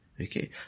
Okay